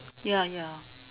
ya ya